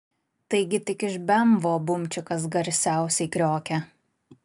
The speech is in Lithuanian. taigi tik iš bemvo bumčikas garsiausiai kriokia